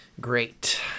great